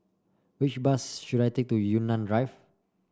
which bus should I take to Yunnan Drive